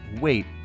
wait